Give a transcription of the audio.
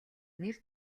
нэр